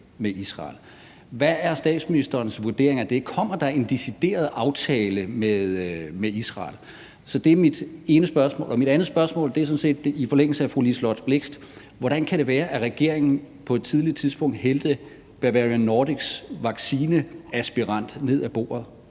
med Israel. Hvad er statsministerens vurdering af det? Kommer der en decideret aftale med Israel? Det er mit ene spørgsmål. Mit andet spørgsmål er sådan set i forlængelse af fru Liselott Blixts bemærkning: Hvordan kan det være, at regeringen på et tidligt tidspunkt hældte Bavarian Nordics vaccinekandidat ned ad brættet